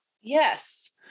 Yes